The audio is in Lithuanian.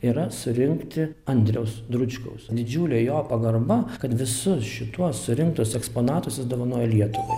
yra surinkti andriaus dručkaus didžiulė jo pagarba kad visus šituos surinktus eksponatus jis dovanojo lietuvai